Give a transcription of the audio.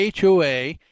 HOA